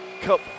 Cup